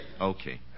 Okay